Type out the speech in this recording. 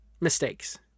mistakes